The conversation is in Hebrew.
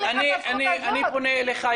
--- אני פונה אליך,